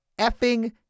effing